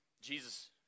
Jesus